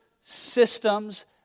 systems